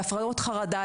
להפרעות חרדה,